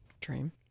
Dream